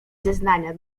zeznania